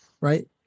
Right